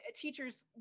teachers